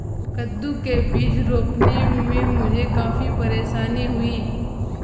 कद्दू के बीज रोपने में मुझे काफी परेशानी हुई